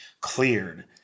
cleared